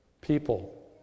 people